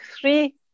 three